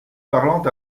parlant